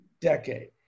decade